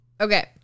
Okay